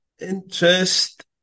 interest